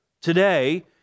today